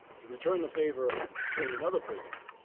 to return the favor of freeing another prisoner.